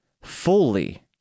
fully